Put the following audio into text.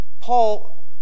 Paul